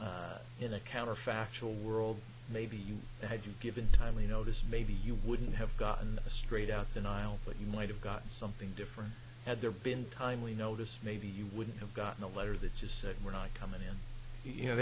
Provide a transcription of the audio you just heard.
that in a counterfactual world maybe you had you given timely notice maybe you wouldn't have gotten a straight out denial but you might have got something different had there been kindly notice maybe you would have gotten a letter that just said we're not coming in you know